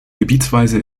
gebietsweise